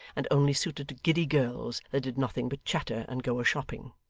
and only suited to giddy girls that did nothing but chatter and go a-shopping.